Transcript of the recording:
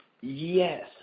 Yes